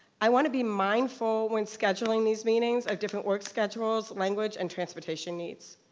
i want to be mindful when scheduling these meetings of different work schedules, language, and transportation needs.